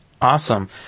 Awesome